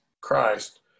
Christ